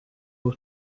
waha